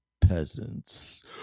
peasants